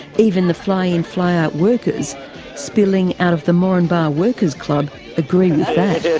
even the fly-in fly-out workers spilling out of the moranbah workers club agree with that. yeah